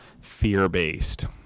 fear-based